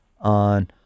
on